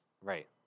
Right